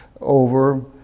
over